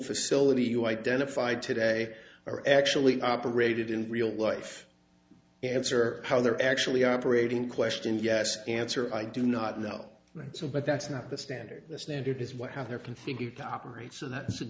facility you identified today are actually operated in real life answer how they're actually operating question gas answer i do not know so but that's not the standard the standard is what how they're configured to operate so that